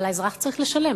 אבל האזרח צריך לשלם,